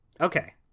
okay